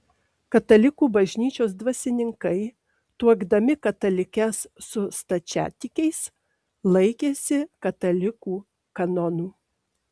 katalikų bažnyčios dvasininkai tuokdami katalikes su stačiatikiais laikėsi katalikų kanonų